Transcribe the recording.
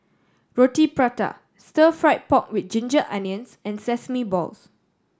Roti Prata Stir Fried Pork With Ginger Onions and sesame balls